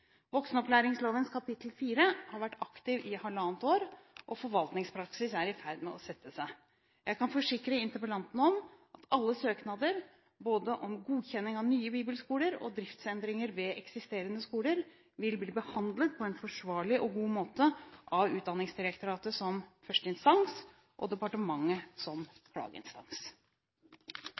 kapittel 4 har vært aktivt i halvannet år, og forvaltningspraksis er i ferd med å sette seg. Jeg kan forsikre interpellanten om at alle søknader – både om godkjenning av nye bibelskoler og om driftsendringer ved eksisterende skoler – vil bli behandlet på en forsvarlig og god måte av Utdanningsdirektoratet, som førsteinstans, og departementet, som klageinstans.